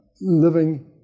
living